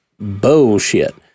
bullshit